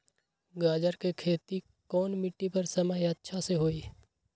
गाजर के खेती कौन मिट्टी पर समय अच्छा से होई?